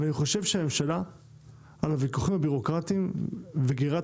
אני חושב שהממשלה לגבי הוויכוחים הבירוקרטיים וגרירת